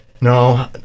No